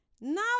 Now